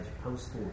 post